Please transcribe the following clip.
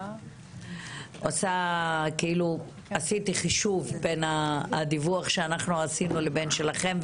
מוסדות אחרי שעשינו חישוב בין הדיווח שלנו לבין שלכם.